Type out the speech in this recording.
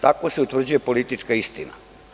Tako se utvrđuje politička istina.